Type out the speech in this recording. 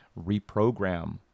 reprogram